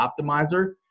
Optimizer